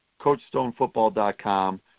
CoachStoneFootball.com